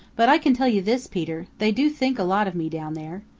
but i can tell you this, peter, they do think a lot of me down there.